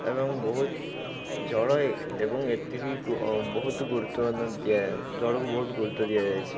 ଏବଂ ବହୁତ ଜଳ ଏବଂ ଏତିକି ବହୁତ ଜଳକୁ ବହୁତ ଗୁରୁତ୍ୱ ଦିଆଯାଇଛି